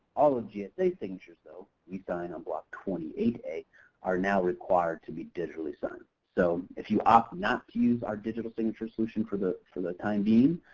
all of yeah gsa's signatures though, we sign on block twenty eight a are now required to be digitally signed. so, if you opt not to use our digital signatures solution for the for the time being,